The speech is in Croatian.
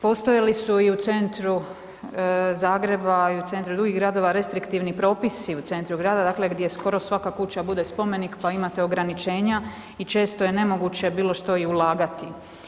Postojali su i u centru Zagreba i u centru drugih gradova restriktivni propisi u centru grada, dakle gdje skoro svaka kuća bude spomenik, pa imate ograničenja i često je nemoguće bilo što i ulagati.